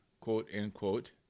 quote-unquote